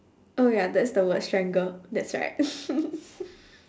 oh ya that's the word strangle that's right